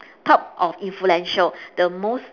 top of influential the most